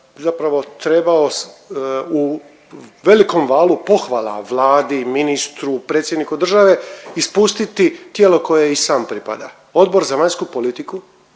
zapravo trebao u velikom valu pohvala Vladi, ministru, predsjedniku države, ispustiti tijelo kojem i sam pripada. Odbor za vanjsku politiku